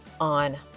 on